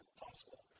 possible